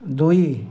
ଦୁଇ